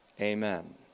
Amen